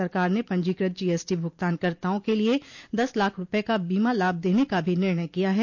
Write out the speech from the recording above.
सरकार ने पंजीकृत जीएसटी भुगतानकर्ताओं के लिए दस लाख रुपये का बीमा लाभ देने का भी निर्णय किया है